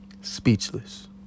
speechless